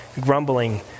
grumbling